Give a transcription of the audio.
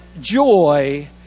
joy